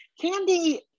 candy